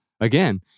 again